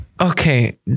Okay